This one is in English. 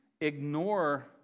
ignore